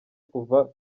kuva